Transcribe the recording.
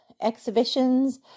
exhibitions